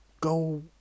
go